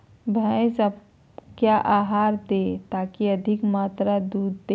भैंस क्या आहार दे ताकि अधिक मात्रा दूध दे?